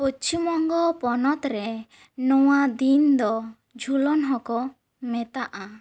ᱯᱚᱪᱷᱤᱢ ᱵᱚᱝᱜᱚ ᱯᱚᱱᱚᱛ ᱨᱮ ᱱᱚᱣᱟ ᱫᱤᱱ ᱫᱚ ᱡᱷᱩᱞᱚᱱ ᱦᱚᱸᱠᱚ ᱢᱮᱛᱟᱜᱼᱟ